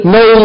no